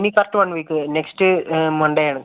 ഇനി correct one week next മൺഡേയാണ്